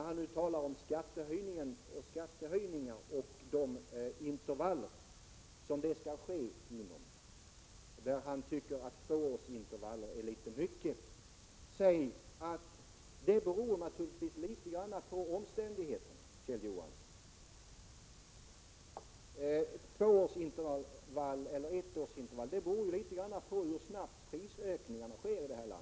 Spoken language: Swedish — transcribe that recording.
Han talar om skattehöjningarna och de intervaller som dessa skall ske inom, och han tycker att tvåårsintervaller är litet mycket. Ja, det beror naturligtvis litet grand på omständigheterna, Kjell Johansson, dvs. på hur snabbt prisökningarna sker i det här landet.